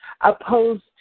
opposed